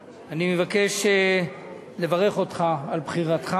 אני מבקש לברך אותך על בחירתך